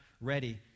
ready